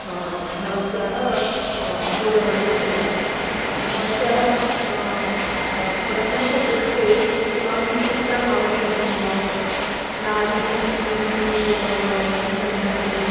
भवत्याः दूरवाणी कृतम् भवत्याः प्रथमः पृष्टे किम् अपि चित्रम् आवश्यकं वा नारी शक्ति इति सन्दर्भे